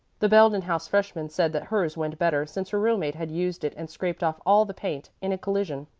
the belden house freshman said that hers went better since her roommate had used it and scraped off all the paint in a collision.